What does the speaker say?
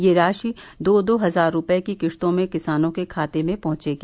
यह राशि दो दो हजार रुपये की किस्तों में किसानों के खातों में पहुंचेगी